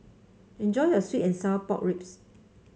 enjoy your sweet and Sour Pork Ribs